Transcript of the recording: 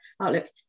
outlook